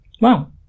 Wow